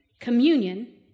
communion